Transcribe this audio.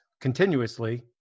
continuously